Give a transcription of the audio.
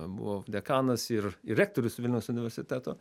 buvo dekanas ir ir rektorius vilniaus universiteto